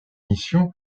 missions